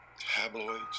tabloids